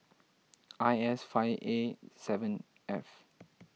I S five A seven F